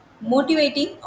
motivating